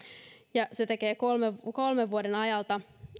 mikä tekee kolmen vuoden ajalta